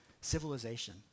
civilization